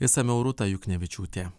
išsamiau rūta juknevičiūtė